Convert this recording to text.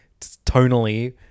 tonally